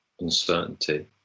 uncertainty